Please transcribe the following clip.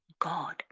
God